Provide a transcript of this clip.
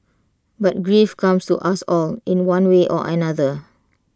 but grief comes to us all in one way or another